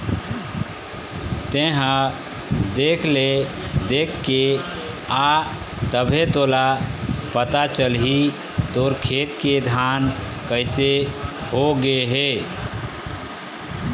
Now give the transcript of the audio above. तेंहा देख ले देखके आ तभे तोला पता चलही तोर खेत के धान कइसे हो गे हे